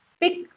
Pick